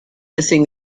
missing